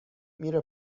میره